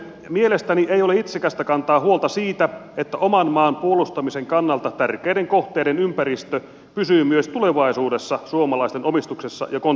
mielestäni ei ole itsekästä kantaa huolta siitä että oman maan puolustamisen kannalta tärkeiden kohteiden ympäristö pysyy myös tulevaisuudessa suomalaisten omistuksessa ja kontrollissa